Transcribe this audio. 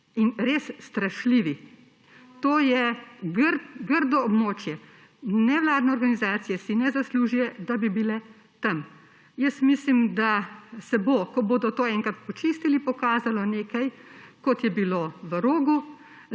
in res strašljivi. To je grdo območje. Nevladne organizacije si ne zaslužijo, da bi bile tam. Jaz mislim, da se bo, ko bodo to enkrat počistili, pokazalo nekaj, kot je bilo v Rogu,